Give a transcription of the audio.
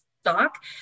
stock